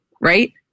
right